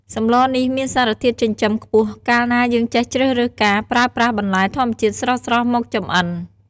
សម្លនេះមានសារធាតុចិញ្ចឹមខ្ពស់កាលណាយើងចេះជ្រើសរើសការប្រើប្រាស់បន្លែធម្មជាតិស្រស់ៗមកចម្អិន។